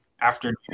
afternoon